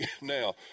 now